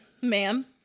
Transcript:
ma'am